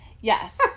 Yes